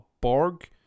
borg